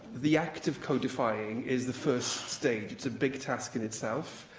the act of codifying is the first stage. it's a big task in itself,